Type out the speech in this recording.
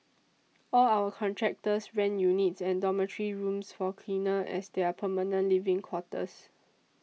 all our contractors rent units and dormitory rooms for cleaners as their permanent living quarters